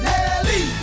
Nelly